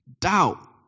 doubt